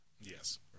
Yes